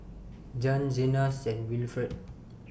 Jann Zenas and Wilfrid